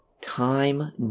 time